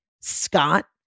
Scott